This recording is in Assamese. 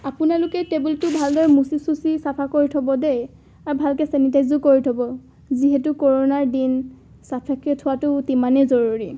আপোনালোকে টেবুলটো ভালদৰে মুচি চুচি চাফা কৰি থ'ব দেই আৰু ভালকৈ চেনিটাইজো কৰি থ'ব যিহেতু কৰোণাৰ দিন চাফাকৈ থোৱাটো তিমানেই জৰুৰী